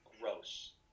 gross